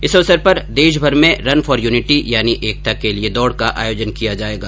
इस अवसर पर देशभर में रन फोर यूनिटी यानि एकता के लिये दौड का आयोजन किया जायेगा